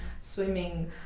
swimming